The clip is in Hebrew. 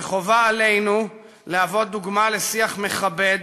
וחובה עלינו לשמש דוגמה לשיח מכבד,